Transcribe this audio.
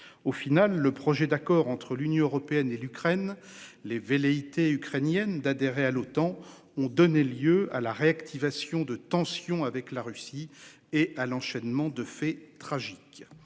Au final, le projet d'accord entre l'Union européenne et l'Ukraine. Les velléités ukrainienne d'adhérer à l'OTAN, ont donné lieu à la réactivation de tensions avec la Russie et à l'enchaînement de faits tragiques.